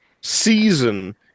season